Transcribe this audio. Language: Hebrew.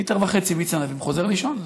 ליטר וחצי מיץ ענבים וחוזר לישון.